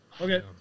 Okay